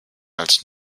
als